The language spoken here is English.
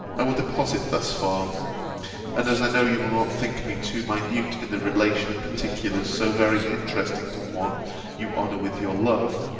i will deposit thus far and, as i know you will not think me too minute in the relation of particulars so very interesting to one you honour with your love,